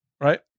right